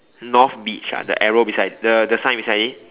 North beach ah the arrow beside the the sign beside it